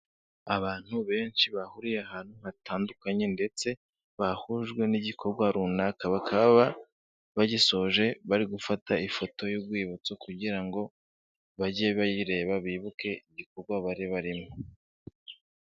Abantu benshi bahuriye ahantu hatandukanye ndetse bahujwe n'igikorwa runaka. Bakaba bagisoje bari gufata ifoto y'urwibutso kugira ngo bajye bayireba bibuke igikorwa bari barimo.